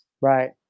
Right